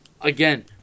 again